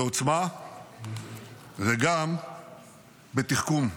בעוצמה וגם בתחכום.